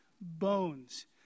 bones